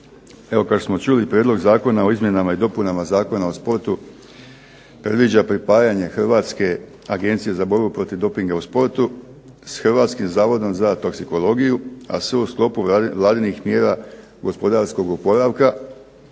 Evo kako smo čuli Prijedlog zakona o izmjenama i dopunama Zakona o sportu predviđa pripajanje Hrvatske agencije za borbu protiv dopinga u sportu, s Hrvatskim zavodom za toksikologiju a sve u sklopu Vladinih mjera gospodarskog oporavka,